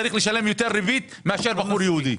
צריך לשלם יותר ריבית מאשר בחור יהודי?